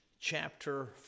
chapter